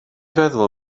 feddwl